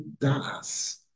Das